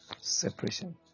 Separation